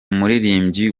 umuririmbyi